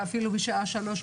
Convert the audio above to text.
ואפילו בשעה שלוש,